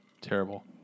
Terrible